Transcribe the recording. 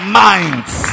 minds